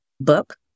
book